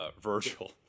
Virgil